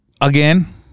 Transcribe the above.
again